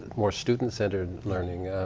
more student centered learning.